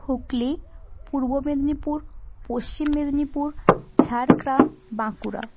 Hooghly Purba Medinipur Paschim Medinipur Jhargram Bankura